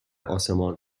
آسمان